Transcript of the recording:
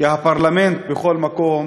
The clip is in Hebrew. כי הפרלמנט בכל מקום